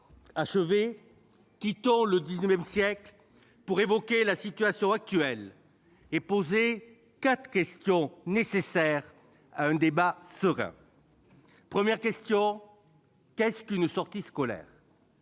achevé ... Quittons donc le XIX siècle pour en venir à la situation actuelle, en posant quatre questions nécessaires à un débat serein. Première question : qu'est-ce qu'une sortie scolaire ?